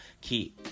key